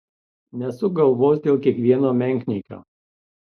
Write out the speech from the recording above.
nesuk galvos dėl kiekvieno menkniekio